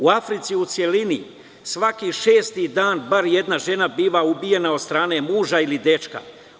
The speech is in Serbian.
U Africi u celini svaki šesti dan bar jedna žena biva ubijena od strane muža ili dečka.